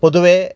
പൊതുവേ